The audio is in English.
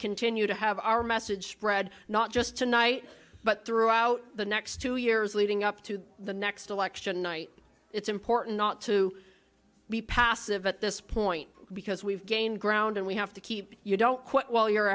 continue to have our message spread not just tonight but throughout the next two years leading up to the next election night it's important not to be passive at this point because we've gained ground and we have to keep you don't quit while you're